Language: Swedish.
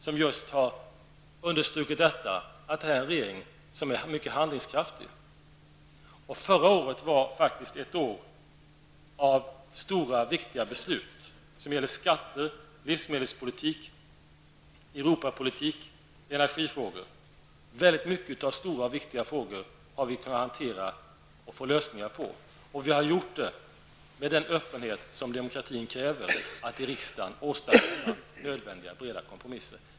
Den tidningen har understrukit att den här regeringen är mycket handlingskraftig. Förra året var faktiskt ett år med stora och viktiga beslut beträffande bl.a. skatter, livsmedelspolitik, Europapolitik och energifrågor. Vi har kunnat hantera stora och viktiga frågor och finna lösningar. Och vi har gjort det med den öppenhet som demokratin kräver: att i riksdagen åstadkomma nödvändiga breda kompromisser.